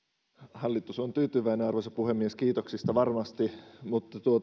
hallitus on tyytyväinen arvoisa puhemies kiitoksista varmasti mutta